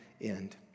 end